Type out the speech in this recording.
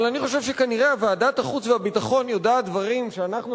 אבל אני חושב שכנראה ועדת החוץ והביטחון יודעת דברים שאנחנו,